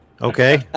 Okay